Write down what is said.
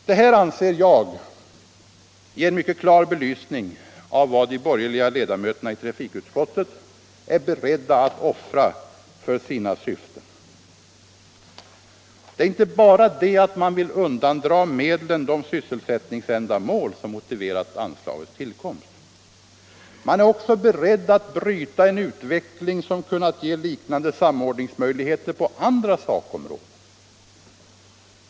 Det här anser jag ger en mycket klar belysning av vad de borgerliga ledamöterna i trafikutskottet är beredda att offra för sina syften. Det är inte bara det att man vill dra undan medlen från de sysselsättningsändamål som motiverat anslagets tillkomst. Man är också beredd att bryta en utveckling, som kunnat ge liknande samordningsmöjligheter på andra sakområden.